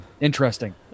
interesting